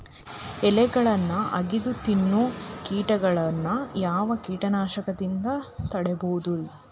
ಎಲಿಗೊಳ್ನ ಅಗದು ತಿನ್ನೋ ಕೇಟಗೊಳ್ನ ಯಾವ ಕೇಟನಾಶಕದಿಂದ ತಡಿಬೋದ್ ರಿ?